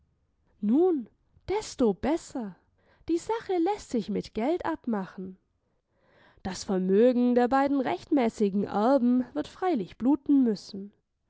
nun desto besser die sache läßt sich mit geld abmachen das vermögen der beiden rechtmäßigen erben wird freilich bluten müssen